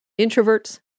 introverts